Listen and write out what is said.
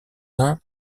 uns